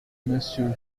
monsieur